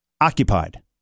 occupied